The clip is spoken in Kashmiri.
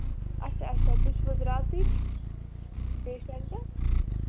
اَچھا اَچھا تُہۍ چھِو حظ راتٕکۍ پیشَنٹہٕ